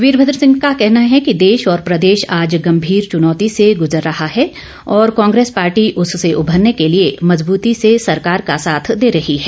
वीरभद्र सिंह का कहना है कि देश और प्रदेश आज गंभीर चुनौती से ग्जर रहा है और कांग्रेस पार्टी उससे उभरने के लिए मजबूती से सरकार का साथ दे रही है